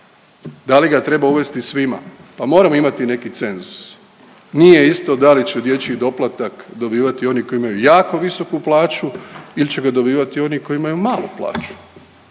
Da li ga treba uvesti svima? Pa moramo imati neki cenzus. Nije isto da li će dječji doplatak dobivati oni koji imaju jako visoku plaću ili će ga dobivati oni koji imaju malu plaću.